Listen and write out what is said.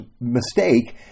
mistake